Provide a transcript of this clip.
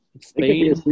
Spain